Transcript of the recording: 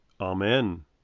Amen